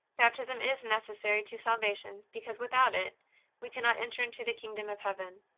baptism is necessary to salvation, because without it we cannot enter into the kingdom of heaven.